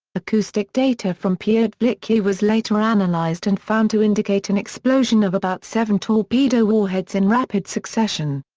acoustic data from pyotr velikiy was later analysed and found to indicate an explosion of about seven torpedo warheads in rapid succession.